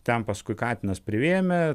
ten paskui katinas privėmė